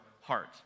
heart